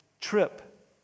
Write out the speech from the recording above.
trip